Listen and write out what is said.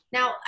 Now